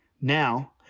Now